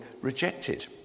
rejected